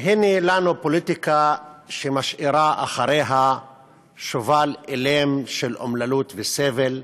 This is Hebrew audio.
והנה לנו פוליטיקה שמשאירה אחריה שובל אילם של אומללות וסבל.